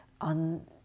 on